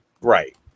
Right